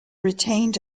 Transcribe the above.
retained